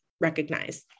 recognize